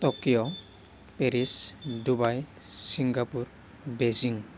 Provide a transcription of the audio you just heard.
Tokyo Paris Dubai Singapore Beijing